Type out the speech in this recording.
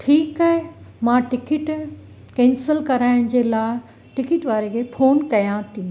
ठीकु आहे मां टिकिट केंसिल कराइण जे लाइ टिकिट वारे खे फ़ोन कयां थी